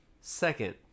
Second